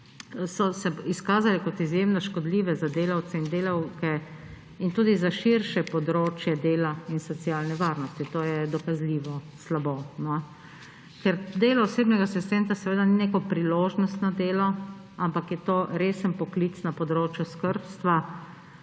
so se izkazale kot izjemno škodljive za delavce in delavke in tudi za širše področje dela in socialne varnosti. To je dokazljivo slabo. Ker delo osebnega asistenta seveda ni neko priložnostno delo, ampak je to resen poklic na področju skrbstva,